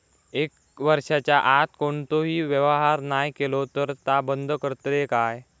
एक वर्षाच्या आत कोणतोही व्यवहार नाय केलो तर ता बंद करतले काय?